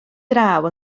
draw